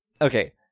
Okay